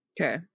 Okay